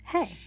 Hey